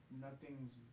nothing's